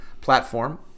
platform